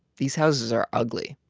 these houses are ugly.